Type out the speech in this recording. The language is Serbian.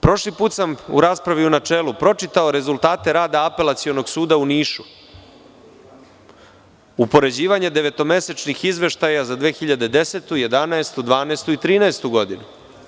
Prošli put sam u raspravi u načelu pročitao rezultate rada Apelacionog suda u Nišu, upoređivanje devetomesečnih izveštaja za 2010, 2011, 2012. i 2013. godinu.